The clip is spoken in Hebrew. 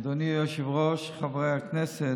אדוני היושב-ראש, חברי הכנסת,